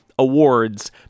awards